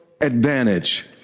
advantage